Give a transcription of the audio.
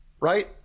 Right